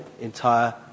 entire